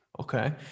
Okay